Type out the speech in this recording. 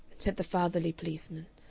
said the fatherly policeman.